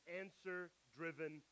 answer-driven